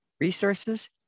resources